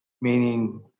meaning